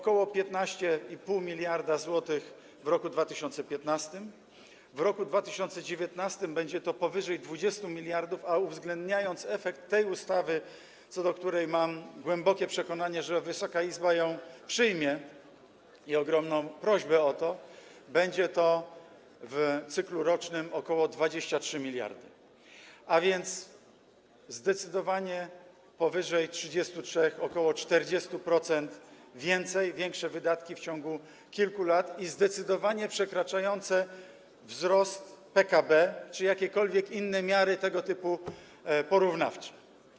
Ok. 15,5 mld zł w roku 2015, w roku 2019 będzie to powyżej 20 mld, a uwzględniając efekt tej ustawy, co do której mam głębokie przekonanie, że Wysoka Izbo ją przyjmie, i ogromną prośbę o to, będzie to w cyklu rocznym ok. 23 mld, a więc zdecydowanie powyżej 33, ok. 40% więcej - o tyle większe wydatki w ciągu kilku lat, zdecydowanie przekraczające wzrost PKB czy jakiekolwiek inne tego typu miary porównawcze.